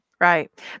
Right